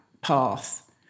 path